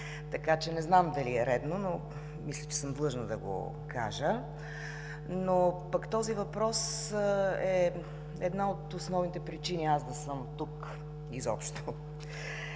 така че не знам дали е редно, но мисля, че съм длъжна да го кажа. Този въпрос обаче е една от основните причини да съм тук.